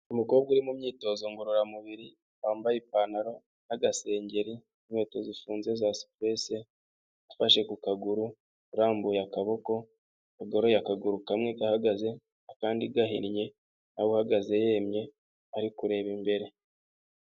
Umukobwa uri mu myitozo ngororamubiri wambaye ipantaro n'agasengeri, inkweto zifunze za sipuresi ufashe ku kaguru urambuye akaboko, yagoroye akaguru kamwe gahagaze akandi gahinnye, uhagaze yemye ari kureba imbere.